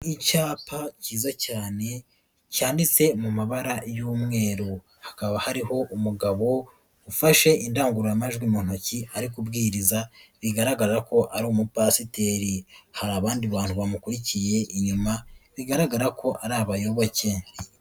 Icyapa cyiza cyane cyanditse mu mabara y'umweru. Hakaba hariho umugabo ufashe indangururamajwi mu ntoki ari kubwiriza bigaragara ko ari umupasiteri, hari abandi bantu bamukurikiye inyuma, bigaragara ko ari abayoboke.